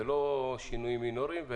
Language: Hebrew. אלה לא שינויים מינוריים.